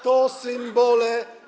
to symbole.